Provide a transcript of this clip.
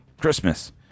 Christmas